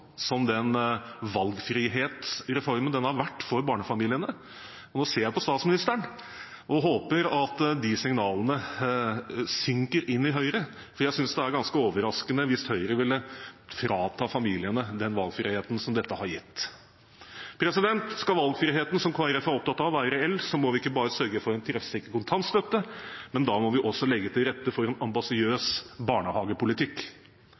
som den valgfrihetsreformen den har vært for barnefamiliene. Nå ser jeg på statsministeren og håper at de signalene synker inn i Høyre, for jeg synes det ville være ganske overraskende hvis Høyre vil frata familiene den valgfriheten som dette har gitt. Skal valgfriheten som Kristelig Folkeparti er opptatt av, være reell, må vi ikke bare sørge for en treffsikker kontantstøtte, da må vi også legge til rette for en ambisiøs barnehagepolitikk.